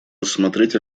рассмотреть